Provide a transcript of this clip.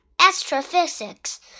Astrophysics